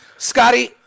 Scotty